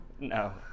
No